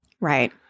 Right